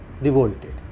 revolted